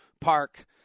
Park